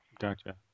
Gotcha